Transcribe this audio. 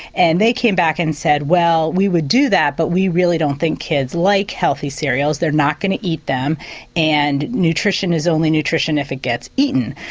and they came back and said well we would do that but we really don't think kids like healthy cereals, they are not going to eat them and nutrition is only nutrition if it gets eaten'.